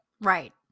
Right